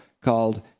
called